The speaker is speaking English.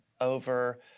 over